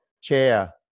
Chair